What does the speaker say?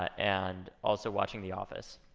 ah and also watching the office.